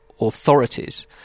authorities